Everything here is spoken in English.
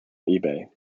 ebay